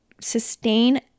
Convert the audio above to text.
sustain